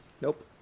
Nope